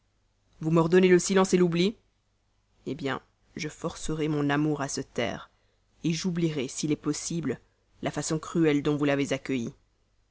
vous m'ordonnez le silence l'oubli eh bien je forcerai mon amour à se taire j'oublierai s'il est possible la façon cruelle dont vous l'avez accueilli